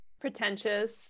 pretentious